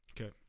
Okay